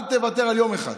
אל תוותר על יום אחד.